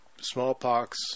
smallpox